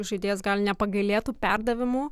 žaidėjas gali nepagailėtų perdavimų